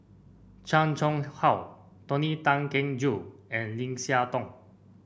Chan Chang How Tony Tan Keng Joo and Lim Siah Tong